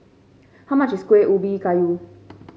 how much is Kueh Ubi Kayu